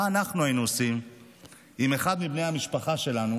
מה אנחנו היינו עושים אם אחד מבני המשפחה שלנו